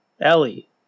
Ellie